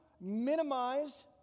minimize